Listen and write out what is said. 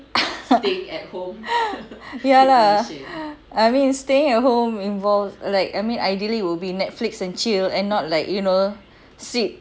ya lah I mean staying at home involve like I mean ideally will be netflix and chill and not like you know sit